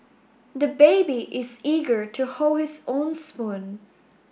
the baby is eager to hold his own spoon